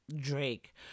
Drake